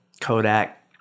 Kodak